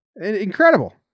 incredible